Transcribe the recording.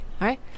Right